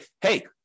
hey